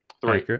Three